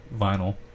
vinyl